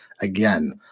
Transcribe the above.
Again